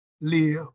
live